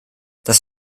das